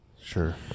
Sure